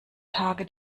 tage